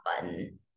button